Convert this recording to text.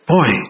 Boy